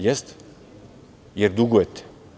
Jeste, jer dugujete.